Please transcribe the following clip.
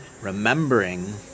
remembering